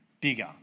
bigger